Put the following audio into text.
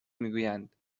میگویند